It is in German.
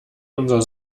unser